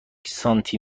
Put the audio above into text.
سانتی